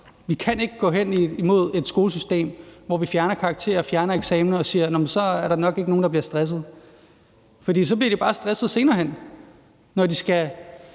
Vi kan ikke gå hen mod et skolesystem, hvor vi fjerner karakterer og eksamener og siger, at så er der nok ikke nogen, der bliver stresset, for så bliver de bare stresset senere hen, når de skal